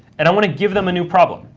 and i want to give them a new problem.